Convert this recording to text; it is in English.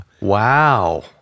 Wow